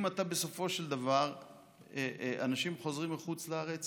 בסופו של דבר אנשים שחוזרים מחוץ לארץ